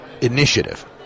initiative